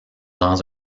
dans